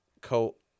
coat